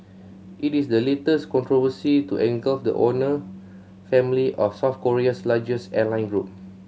it is the latest controversy to engulf the owner family of South Korea's largest airline group